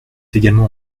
également